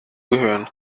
gehören